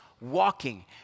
walking